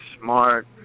smart